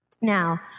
Now